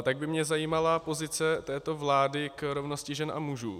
Tak by mě zajímala pozice této vlády k rovnosti žen a mužů.